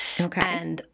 Okay